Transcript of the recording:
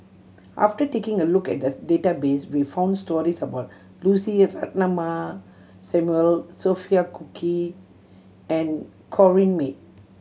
after taking a look at the database we found stories about Lucy Ratnammah Samuel Sophia Cooke and Corrinne May